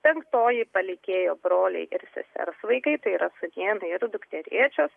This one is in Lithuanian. penktoji palikėjo broliai ir sesers vaikai tai yra sūnėnai ir dukterėčios